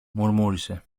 μουρμούρισε